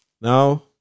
Now